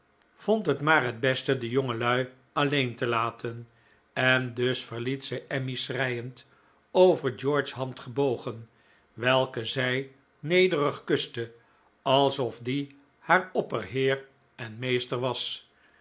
vond het maar het beste de jongelui alleen te laten en dus verliet zij emmy schreiend over george's hand gebogen welke zij nederig kuste alsof die haar opperheer en meester was